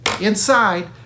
inside